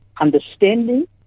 understanding